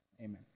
Amen